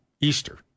Easter